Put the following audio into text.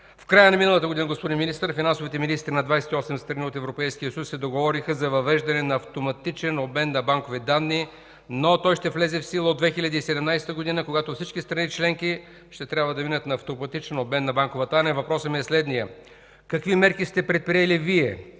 В края на миналата година, господин Министър, финансовите министри на 28 страни от Европейския съюз се договориха за въвеждане на автоматичен обмен на банкови данни, но той ще влезе в сила от 2017 г., когато всички страни членки ще трябва да минат на автоматичен обмен на банкова тайна. Въпросът ми е следният: какви мерки сте предприели Вие